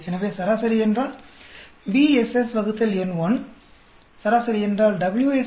எனவே சராசரி என்றால் BSS n1 சராசரி என்றால் WSS n2